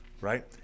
right